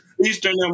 Eastern